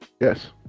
Yes